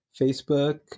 Facebook